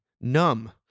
numb